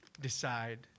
decide